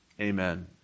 Amen